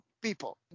people